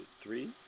three